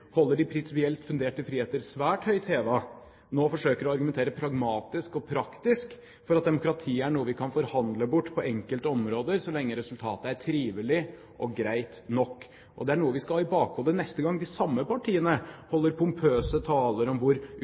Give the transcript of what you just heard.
holder de prinsipielt funderte friheter svært høyt hevet, nå forsøker å argumentere pragmatisk og praktisk for at demokratiet er noe vi kan forhandle bort på enkelte områder så lenge resultatet er trivelig og greit nok. Det er noe vi skal ha i bakhodet neste gang de samme representantene holder pompøse taler om hvor